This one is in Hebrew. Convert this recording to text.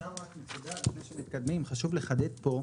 אפשר רק נקודה לפני שמתקדמים: חשוב לחדד פה,